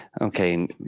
okay